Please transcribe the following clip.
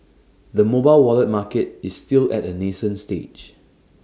the mobile wallet market is still at A nascent stage